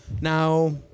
Now